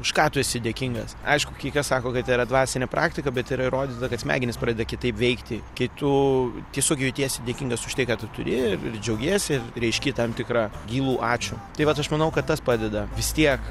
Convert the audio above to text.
už ką tu esi dėkingas aišku kai kas sako kad tai yra dvasinė praktika bet yra įrodyta kad smegenys pradeda kitaip veikti kai tu tiesiog jautiesi dėkingas už tai ką tu turi ir ir džiaugiesi ir reiški tam tikrą gilų ačiū tai vat aš manau kad tas padeda vis tiek